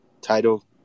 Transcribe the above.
title